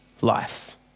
life